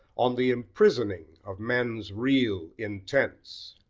on the imprisoning of men's real intents.